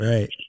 Right